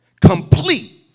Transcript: complete